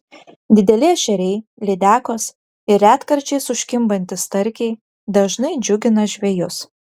dideli ešeriai lydekos ir retkarčiais užkimbantys starkiai dažnai džiugina žvejus